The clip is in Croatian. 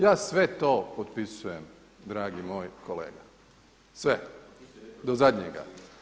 Ja sve to potpisujem dragi moj kolega, sve, do zadnjega.